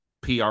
PR